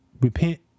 repent